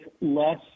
less